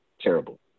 Terrible